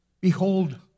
Behold